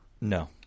No